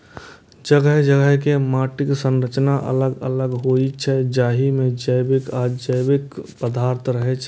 जगह जगह के माटिक संरचना अलग अलग होइ छै, जाहि मे जैविक आ अजैविक पदार्थ रहै छै